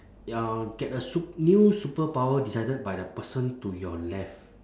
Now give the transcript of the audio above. ya get a sup~ new superpower decided by the person to your left